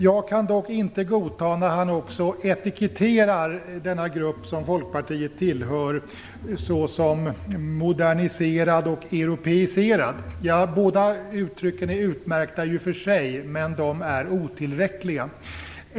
Jag kan dock inte godta att han också etiketterar denna grupp som Folkpartiet tillhör såsom moderniserad och europeiserad. Båda uttrycken är i och för sig utmärkta, men de är otillräckliga.